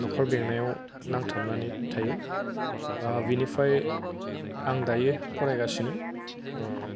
नखर बेंनायाव नांथाबनानै थायो बिनिफ्राय आं दायो फरायगासिनो